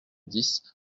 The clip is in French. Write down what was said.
dix